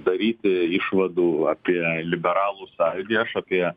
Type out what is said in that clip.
daryti išvadų apie liberalų sąjūdį aš apie